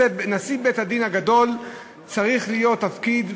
נשיא בית-הדין הגדול צריך להיות בעל תפקיד,